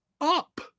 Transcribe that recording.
up